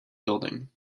building